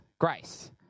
grace